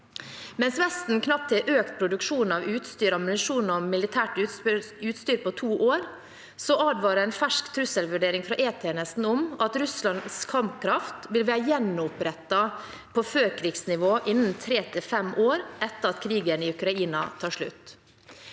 Mens Vesten knapt har økt produksjonen av utstyr, ammunisjon og militært utstyr på to år, advarer en fersk trusselvurdering fra E-tjenesten om at Russlands kampkraft vil være gjenopprettet på førkrigsnivå innen tre–fem år etter at krigen i Ukraina tar slutt.